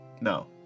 No